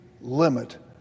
limit